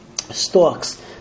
stalks